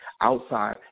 outside